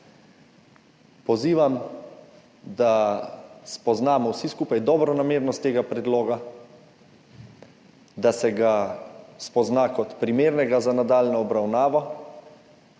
Pozivam, da spoznamo vsi skupaj dobronamernost tega predloga, da se ga spozna kot primernega za nadaljnjo obravnavo.